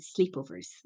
sleepovers